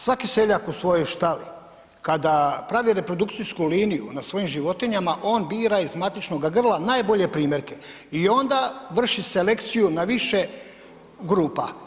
Svaki seljak u svojoj štali kada pravi reprodukcijsku liniju na svojim životinjama on bira iz matičnoga grla najbolje primjerke i onda vrši selekciju na više grupa.